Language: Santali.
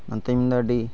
ᱛᱮᱦᱮᱧ ᱟᱹᱰᱤ